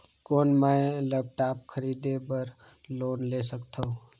कौन मैं लेपटॉप खरीदे बर लोन ले सकथव?